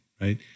right